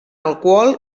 alcohol